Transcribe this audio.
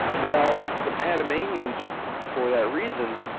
well the panamanians for that reason,